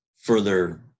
further